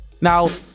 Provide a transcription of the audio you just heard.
now